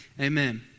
Amen